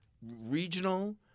regional